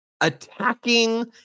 attacking